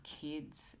kids